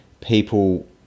people